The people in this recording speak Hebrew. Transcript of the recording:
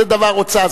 זה דבר שהוא הוצאה.